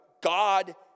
God